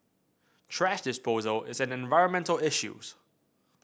thrash disposal is an environmental issues